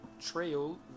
trail